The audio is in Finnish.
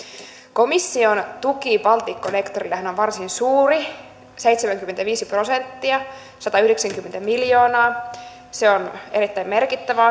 komission tuki balticconnectorillehan on varsin suuri seitsemänkymmentäviisi prosenttia satayhdeksänkymmentä miljoonaa se on erittäin merkittävä